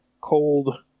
cold